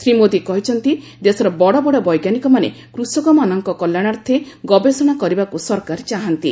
ଶ୍ରୀ ମୋଦି କହିଛନ୍ତି ଦେଶର ବଡ ବଡ ବୈଜ୍ଞାନିକମାନେ କୃଷକମାନଙ୍କ କଲ୍ୟାଣାର୍ଥେ ଗବେଷଣା କରିବାକୁ ସରକାର ଚାହାନ୍ତି